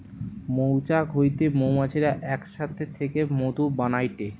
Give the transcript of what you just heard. মৌচাক হইতে মৌমাছিরা এক সাথে থেকে মধু বানাইটে